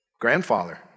grandfather